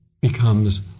becomes